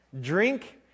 drink